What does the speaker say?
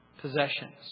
possessions